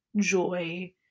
joy